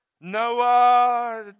Noah